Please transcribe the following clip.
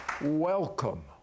Welcome